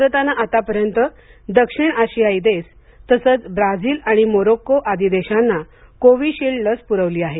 भारताने आतापर्यंत दक्षिण आशियाई देश तसंच ब्राझील आणि मोरोक्को आदी देशांना कोविशिल्ड लस पुरवली आहे